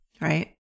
right